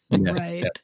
Right